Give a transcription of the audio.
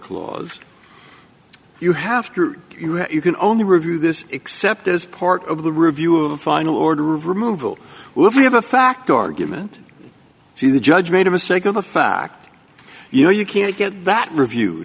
clause you have you can only review this except as part of the review of the final order removal will have a fact argument to the judge made a mistake of the fact you know you can't get that review